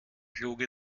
kluge